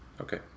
Okay